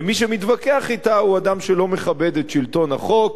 ומי שמתווכח אתה הוא אדם שלא מכבד את שלטון החוק,